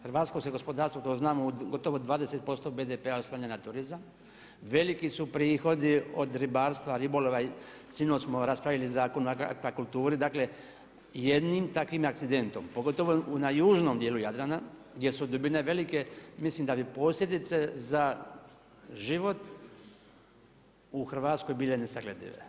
Hrvatsko se gospodarstvo kao što znamo gotovo 20% BDP-a oslanja na turizam, veliki su prihodi od ribarstva, ribolova i sinoć smo raspravljali Zakon o akvakulturi, dakle jednim takvim akcidentom, pogotovo na južnom dijelu Jadrana gdje su dubine velike, mislim da bi posljedice za život u Hrvatskoj bile nesagledive.